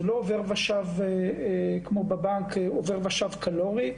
זה לא כמו בבנק: עובר ושב קלורי.